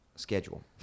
schedule